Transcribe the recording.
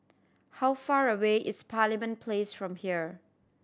how far away is Parliament Place from here